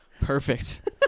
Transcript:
Perfect